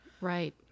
right